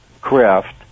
craft